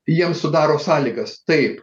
jiem sudaro sąlygas taip